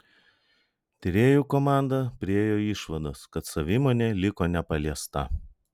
tyrėjų komanda priėjo išvados kad savimonė liko nepaliesta